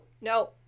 no